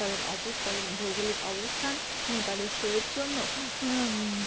তাদের অবস তাদের ভৌগলিক অবস্থান এবং তাদের শোয়ের জন্য